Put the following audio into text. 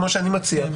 כמו שאני מציע,